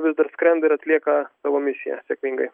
vis dar skrenda ir atlieka savo misiją sėkmingai